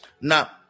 Now